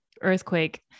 earthquake